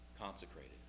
consecrated